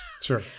Sure